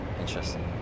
interesting